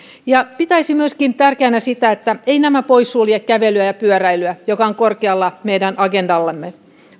pitäisin myöskin tärkeänä sitä että eivät nämä poissulje kävelyä ja pyöräilyä jotka ovat korkealla meidän agendallamme